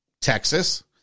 Texas